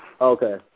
Okay